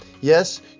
Yes